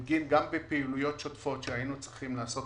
וגם בגין פעילויות שוטפות שהיינו צריכים לעשות